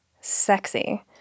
sexy